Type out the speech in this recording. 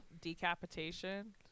decapitation